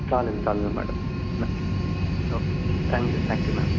चालेल चालेल मॅडम नक्की ओके थँक्यू थँक्यू मॅम